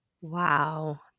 Wow